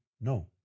No